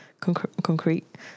concrete